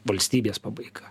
valstybės pabaiga